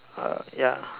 uh ya